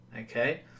okay